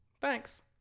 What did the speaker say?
Thanks